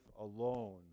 alone